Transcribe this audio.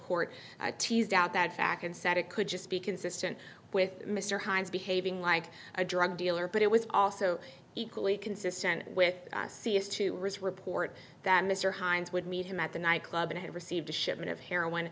court teased out that fact and said it could just be consistent with mr hines behaving like a drug dealer but it was also equally consistent with c s to report that mr hines would meet him at the nightclub and had received a shipment of heroin